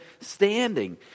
standing